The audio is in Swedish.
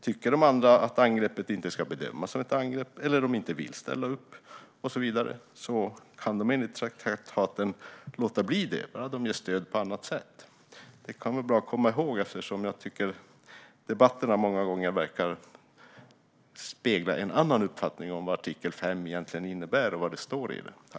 Tycker de andra att angreppet inte ska bedömas som ett angrepp eller om de inte vill ställa upp och så vidare kan de enligt traktaten låta bli, bara de ger stöd på annat sätt. Det kan vara bra att komma ihåg detta eftersom debatterna många gånger verkar spegla en annan uppfattning om vad det står i artikel 5 och vad det innebär.